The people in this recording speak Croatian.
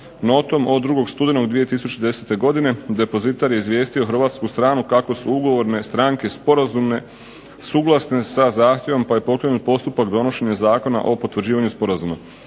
Notom od 2. studenog 2010. godine depozitar je izvijestio hrvatsku stranu kako su ugovorne stranke sporazumne, suglasne sa zahtjevom, pa je pokrenut postupak donošenja Zakona o potvrđivanju sporazuma.